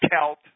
Celt